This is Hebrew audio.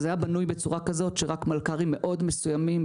אבל זה היה בנוי בצורה כזאת שרק מלכ"רים מאוד מסוימים,